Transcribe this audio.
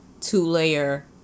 two-layer